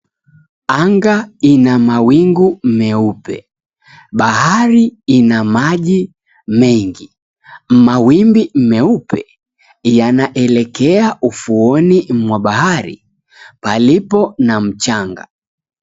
Anga ina mawingu meupe. Bahari ina maji mengi. Mawimbi meupe yanaelekea ufuoni mwa bahari palipo na mchanga.